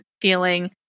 feeling